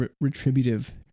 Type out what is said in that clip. retributive